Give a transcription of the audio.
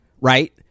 right